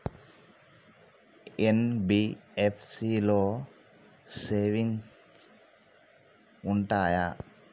NBFC లో savings ఉంటయా?